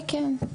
זה כן.